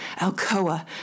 Alcoa